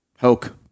Hoke